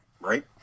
right